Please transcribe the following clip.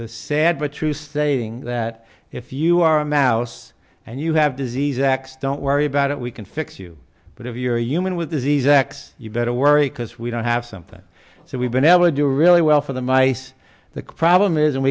the sad but true saying that if you are a mouse and you have disease x don't worry about it we can fix you but if you're a human with disease x you better worry because we don't have something so we've been able to do really well for the mice the problem is and